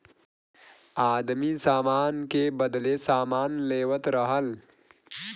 आदमी सामान के बदले सामान लेवत रहल